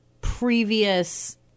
previous